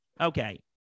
Okay